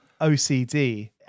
OCD